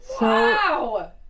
Wow